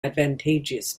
advantageous